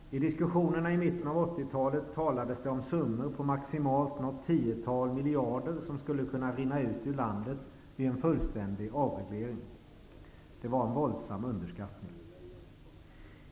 I diskussionerna i mitten av 80-talet talades det om summor på maximalt något tiotal miljarder kronor som skulle kunna rinna ut ur landet vid en fullständig avreglering. Det var en våldsam underskattning.